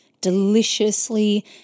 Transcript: deliciously